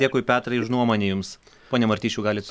dėkui petrai už nuomonę jums pone martišiau galit